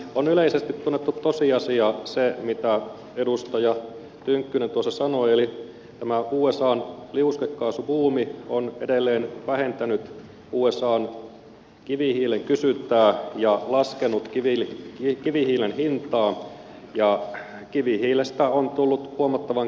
on yleisesti tunnettu tosiasia se mitä edustaja tynkkynen tuossa sanoi eli tämä usan liuskekaasubuumi on edelleen vähentänyt usan kivihiilen kysyntää ja laskenut kivihiilen hintaa ja kivihiilestä on tullut huomattavan kilpailukykyinen polttoaine